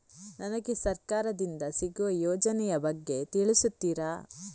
ನನಗೆ ಸರ್ಕಾರ ದಿಂದ ಸಿಗುವ ಯೋಜನೆ ಯ ಬಗ್ಗೆ ತಿಳಿಸುತ್ತೀರಾ?